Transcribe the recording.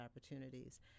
opportunities